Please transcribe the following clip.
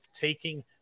taking